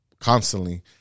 constantly